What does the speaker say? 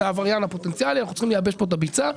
העבריין הפוטנציאלי - אנחנו צריכים לייבש פה את הביצה.